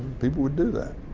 people would do that.